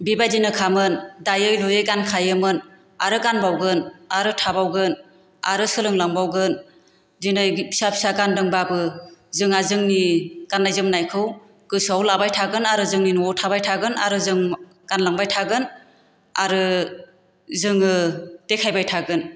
बेबायदिनो खामोन दायै लुयै गानखायोमोन आरो गानबावगोन आरो थाबावगोन आरो सोलोंलांबावगोन दिनै फिसा फिसा गानदोंबाबो जोंहा जोंनि गान्नाय जोमनायखौ गोसोआव लाबाय थागोन आरो जोंनि न'वाव थाबाय थागोन आरो जों गानलांबाय थागोन आरो जोङो देखायबाय थागोन